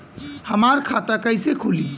हमार खाता कईसे खुली?